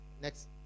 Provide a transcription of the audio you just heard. Next